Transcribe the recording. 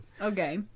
okay